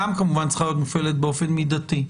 גם כמובן צריכה להיות מופעלת באופן מידתי.